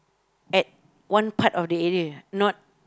at one part of the area not